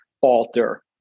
alter